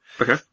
Okay